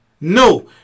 No